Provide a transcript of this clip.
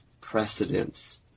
precedence